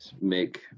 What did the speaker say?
make